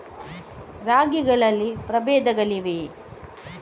ರಾಗಿಗಳಲ್ಲಿ ಪ್ರಬೇಧಗಳಿವೆಯೇ?